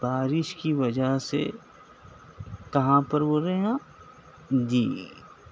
بارش کی وجہ سے کہاں پر بول رہیں آپ جی